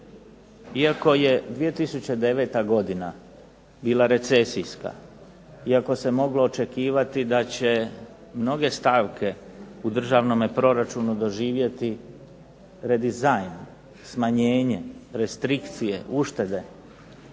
Iako je 2009. godina bila recesijska, iako se moglo očekivati da će mnoge stavke u državnome proračunu doživjeti redizajn, smanjenje, restrikcije, uštede,